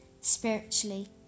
spiritually